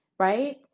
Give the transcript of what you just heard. right